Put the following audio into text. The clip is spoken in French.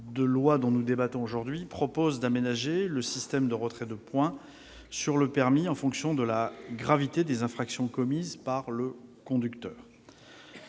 de loi dont nous débattons aujourd'hui vise à aménager le système de retrait de points sur le permis de conduire en fonction de la gravité des infractions commises par le conducteur.